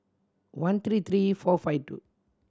one three three four five two